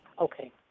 Okay